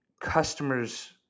customers